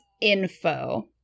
info